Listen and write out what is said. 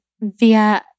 via